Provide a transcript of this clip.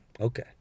Okay